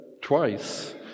twice